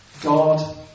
God